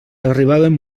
arribaven